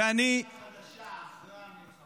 ואני ------ יש מדינה חדשה, אחרי המלחמה.